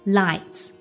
lights